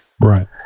Right